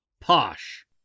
Posh